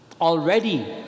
already